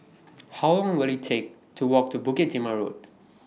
How Long Will IT Take to Walk to Bukit Timah Road